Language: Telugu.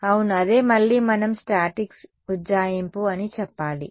అవును అదే మళ్లీ మనం స్టాటిక్స్ ఉజ్జాయింపు అని చెప్పాలి